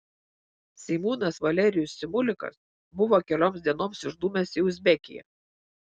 seimūnas valerijus simulikas buvo kelioms dienoms išdūmęs į uzbekiją